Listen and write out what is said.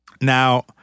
Now